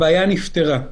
הבעיה נפתרה.